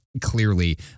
clearly